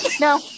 No